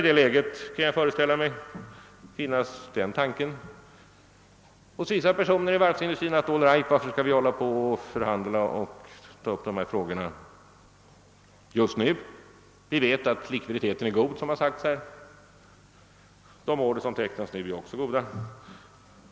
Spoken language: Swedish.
I det läget kan, föreställer jag mig, vissa personer inom varvsindustrin fråga sig: Varför skall vi hålla på och förhandla om de här frågorna just nu? Likviditeten är god. De order som tecknas nu är också goda.